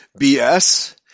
BS